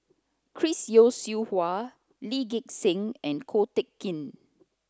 Chris Yeo Siew Hua Lee Gek Seng and Ko Teck Kin